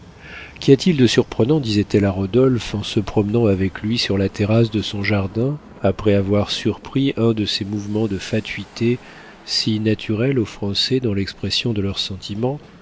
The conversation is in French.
qu'y a-t-il de surprenant disait-elle à rodolphe en se promenant avec lui sur la terrasse de son jardin après avoir surpris un de ces mouvements de fatuité si naturels aux français dans l'expression de leurs sentiments